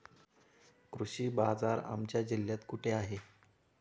कृषी बाजार आमच्या जिल्ह्यात कुठे आहे?